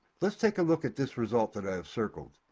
lets take a look at this result that i have circled.